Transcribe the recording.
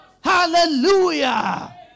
Hallelujah